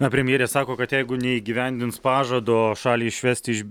na premjerė sako kad jeigu neįgyvendins pažado šalį išvesti iš